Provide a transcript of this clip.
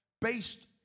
based